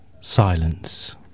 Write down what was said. silence